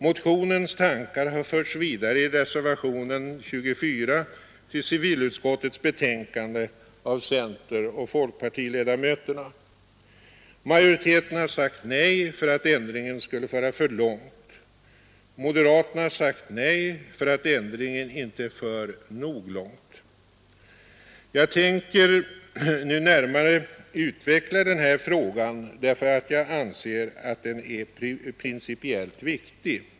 Motionens tankar har av centeroch folkpartiledamöterna förts vidare i reservationen 24 till civilutskottets betänkande. Majoriteten har sagt nej, därför att ändringen skulle föra för långt — moderaterna har sagt nej, därför att ändringen inte för nog långt. Jag tänker närmare utveckla denna fråga därför att jag anser den vara principiellt viktig.